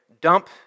Dump